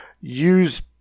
use